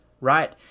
right